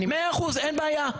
100% אין בעיה.